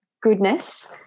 goodness